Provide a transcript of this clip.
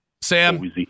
Sam